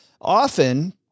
often